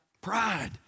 Pride